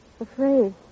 Afraid